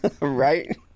Right